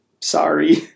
sorry